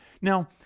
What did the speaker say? Now